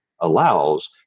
allows